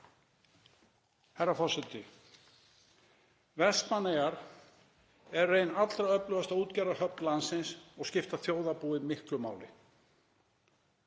Herra forseti. Vestmannaeyjar eru ein allra öflugasta útgerðarhöfn landsins og skipta þjóðarbúið miklu máli.